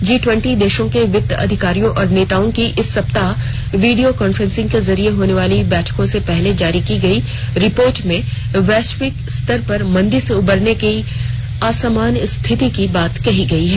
जी twenty देशों के वित्त अधिकारियों और नेताओं की इस सप्ताह वीडियो काफ्रेंस के जरिए होने वाली बैठकों से पहले जारी की गई रिपोर्ट में वैश्विक स्तर पर मंदी से उबरने की असमान स्थिति की बात कही गई है